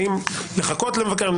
האם לחכות למבקר המדינה,